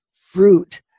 fruit